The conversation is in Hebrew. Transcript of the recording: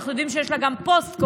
אנחנו יודעים שיש לה גם פוסט-קורונה.